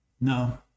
no